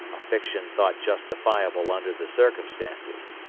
a fiction thought justifiable under the circumstances.